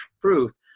truth